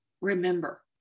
Remember